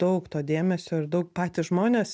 daug to dėmesio ir daug patys žmonės